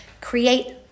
create